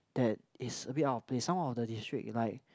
that is a bit out of place some of the district like